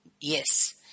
Yes